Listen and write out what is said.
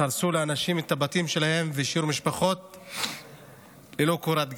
איך הרסו לאנשים את הבתים שלהם והשאירו משפחות ללא קורת גג.